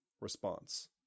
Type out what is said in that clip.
Response